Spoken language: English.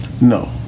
No